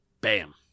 Bam